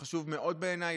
זה חשוב מאוד בעיניי,